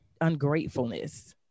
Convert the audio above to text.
ungratefulness